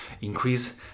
increase